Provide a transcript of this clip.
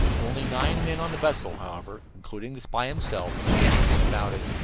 only nine men on the vessel, however, including the spy himself, knew anything about it,